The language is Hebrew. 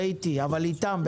ואיתי, אבל איתם בעיקר.